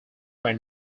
were